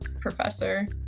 professor